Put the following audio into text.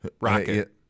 Rocket